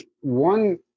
One